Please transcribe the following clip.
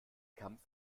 kampf